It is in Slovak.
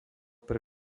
pre